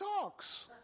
talks